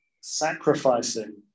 sacrificing